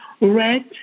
red